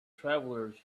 travelers